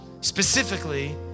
Specifically